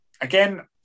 again